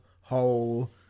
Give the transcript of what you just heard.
Whole